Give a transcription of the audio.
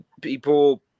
people